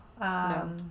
No